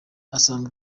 asanga